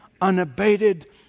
unabated